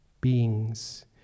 beings